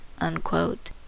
unquote